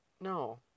No